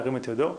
ירים את ידו?